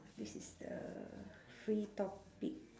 this is the free topic